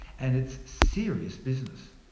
and it's serious business.